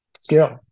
skill